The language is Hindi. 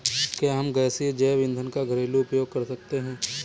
क्या हम गैसीय जैव ईंधन का घरेलू उपयोग कर सकते हैं?